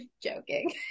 joking